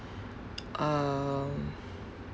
um